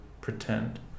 pretend